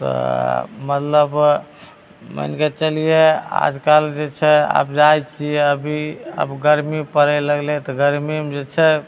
तऽ मतलब मानिके चलिऔ आजकल जे छै आब जाइ छिए अभी अब गरमी पड़ै लागलै तऽ गरमीमे जे छै